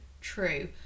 true